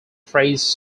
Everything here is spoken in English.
phrase